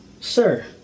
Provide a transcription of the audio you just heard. Sir